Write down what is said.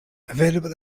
available